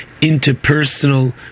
interpersonal